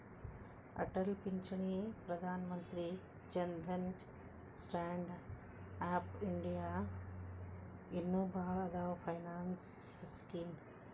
ಅಟಲ್ ಪಿಂಚಣಿ Pradhan Mantri Jan Dhan stand up India ಇನ್ನು ಭಾಳ್ ಅದಾವ್ ಫೈನಾನ್ಸ್ ಸ್ಕೇಮ್